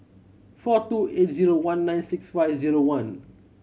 four two eight zero one nine six five zero one